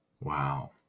Wow